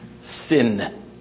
sin